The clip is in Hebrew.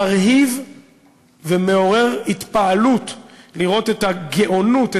מרהיב ומעורר התפעלות לראות את הגאונות,